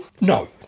No